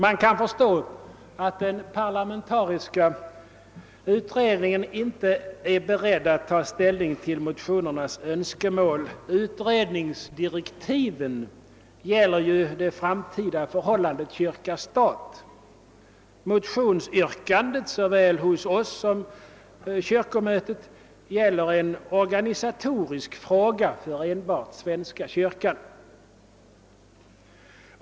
Man kan förstå att den parlamentariska utredningen inte är beredd att ta ställning till motionärernas önskemål — utredningsdirektiven gäller ju det framtida förhållandet kyrka—stat. Motionsyrkandet, såväl vårt som kyrkomötets, gäller en organisatorisk fråga för enbart svenska kyrkan.